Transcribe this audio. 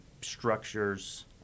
structures